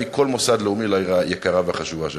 כל מוסד לאומי לעיר היקרה והחשובה שלנו.